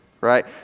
right